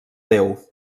déu